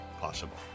possible